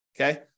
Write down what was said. Okay